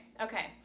okay